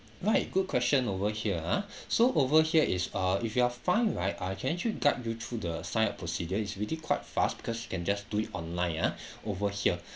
right good question over here ah so over here is uh if you are fine right I can actually guide you through the sign up procedure is really quite fast because you can just do it online ah over here